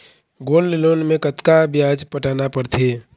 Gold loan मे कतका ब्याज पटाना पड़थे?